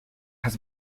had